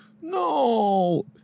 No